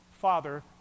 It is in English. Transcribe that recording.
father